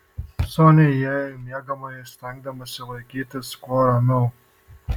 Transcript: sonia įėjo į miegamąjį stengdamasi laikytis kuo ramiau